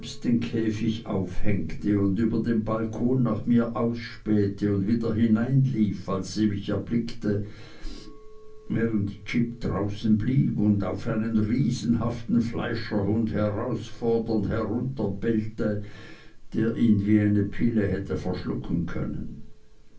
den käfig aufhängte und über den balkon nach mir ausspähte und wieder hineinlief als sie mich erblickte während jip draußen blieb und auf einen riesenhaften fleischerhund herausfordernd herunterbellte der ihn wie eine pille hätte verschlucken können